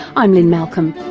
i'm lynne malcolm,